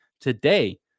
today